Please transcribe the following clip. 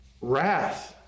wrath